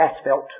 asphalt